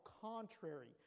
contrary